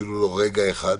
אפילו לא רגע אחד.